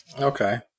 Okay